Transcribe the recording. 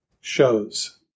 shows